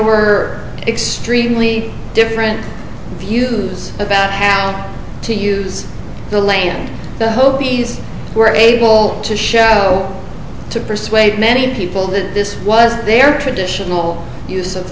were extremely different views about how to use the land the hopis were able to show to persuade many people that this was their traditional use of